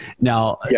Now